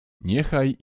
niechaj